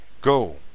Go